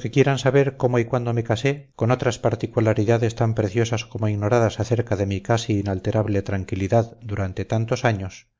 que quieran saber cómo y cuándo me casé con otras particularidades tan preciosas como ignoradas acerca de mi casi inalterable tranquilidad durante tantos años